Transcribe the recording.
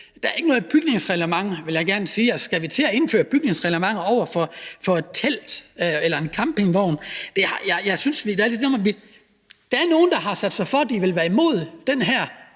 er der ikke noget bygningsreglement, vil jeg gerne sige – og skal vi så til at indføre bygningsreglementer for telte eller campingvogne? Altså, der er nogle, der har sat sig for, at de vil være imod det